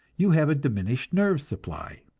you have a diminished nerve supply,